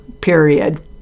period